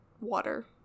water